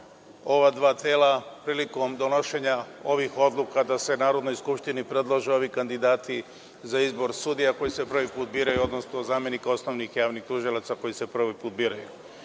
ova dva tela prilikom donošenja ovih odluka da se Narodnoj skupštini predlože ovi kandidati za izbor sudija koji se prvi put biraju odnosno zamenika osnovnih javnih tužilaca koji se prvi put biraju.